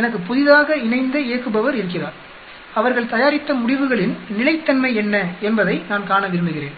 எனக்கு புதிதாக இணைந்த இயக்குபவர் இருக்கிறார் அவர்கள் தயாரித்த முடிவுகளின் நிலைத்தன்மை என்ன என்பதை நான் காண விரும்புகிறேன்